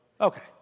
Okay